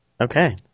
Okay